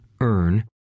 earn